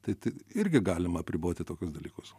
ta tai irgi galima apriboti tokius dalykus